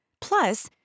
Plus